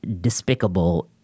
despicable